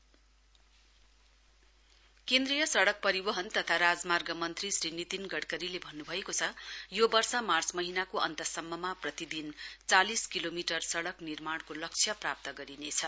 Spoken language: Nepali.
नेशनल रोड सेफ्टी विक केन्द्रीय सडक परिवहन तथा राजमार्ग मन्त्री श्री निति गडकरीले भन्न् भएको छ यो वर्ष मार्च महीनाको अन्तसम्ममा प्रतिदिन चालिस किलोमिटर सडक निर्माणको लक्ष्य प्राप्त गरिनेछ